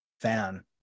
fan